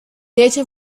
later